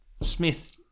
Smith